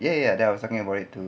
ya ya then I was talking about it too